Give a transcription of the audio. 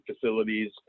facilities